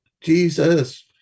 Jesus